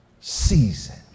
season